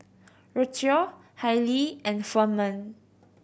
Rocio Hailee and Ferman